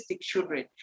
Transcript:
children